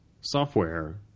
software